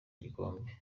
igikombe